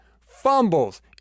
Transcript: fumbles